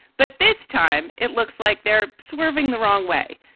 but this time it looks like they're swerving the wrong way.